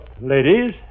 ladies